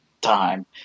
time